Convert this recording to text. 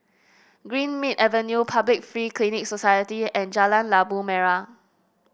Greenmead Avenue Public Free Clinic Society and Jalan Labu Merah